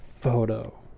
photo